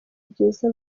byiza